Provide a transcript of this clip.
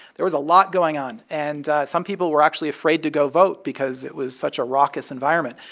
there was a lot going on. and some people were actually afraid to go vote because it was such a raucous environment.